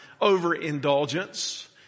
overindulgence